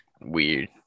weird